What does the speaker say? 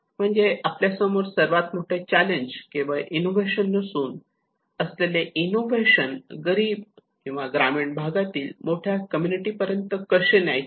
म्हणजे आपल्यासमोर सर्वात मोठे चॅलेंज केवळ इनोव्हेशन नसून असलेले इनोव्हेशन गरीब ग्रामीण भागातील मोठ्या कम्युनिटी पर्यंत कसे न्यायचे